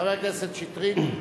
חבר הכנסת שטרית,